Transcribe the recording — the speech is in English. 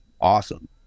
awesome